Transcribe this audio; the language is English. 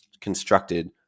constructed